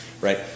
Right